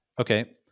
okay